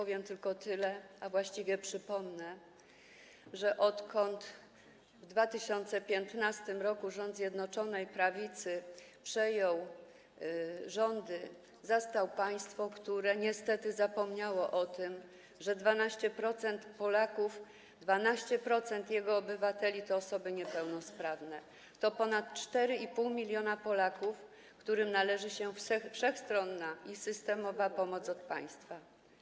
Powiem tylko tyle, a właściwie przypomnę, że kiedy w 2015 r. rząd Zjednoczonej Prawicy przejął rządy, zastał państwo, które niestety zapomniało o tym, że 12% Polaków, 12% obywateli to osoby niepełnosprawne, a to ponad 4,5 mln Polaków, którym należy się wszechstronna i systemowa pomoc od państwa.